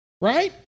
right